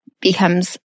becomes